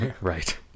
right